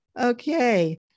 Okay